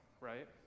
right